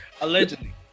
Allegedly